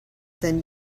than